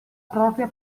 propria